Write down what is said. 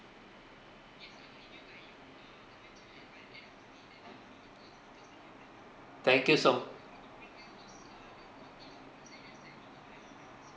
thank you so